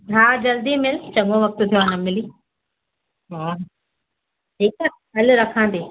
हा जल्दी मिल चंङो वक़्तु थियो आहे न मिली हा ठीकु आहे हल रखां थी